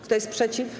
Kto jest przeciw?